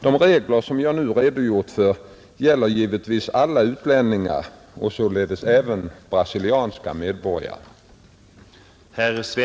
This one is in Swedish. De regler som jag nu redogjort för gäller givetvis alla utlänningar och således även brasilianska medborgare.